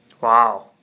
Wow